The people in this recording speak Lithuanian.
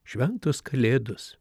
šventos kalėdos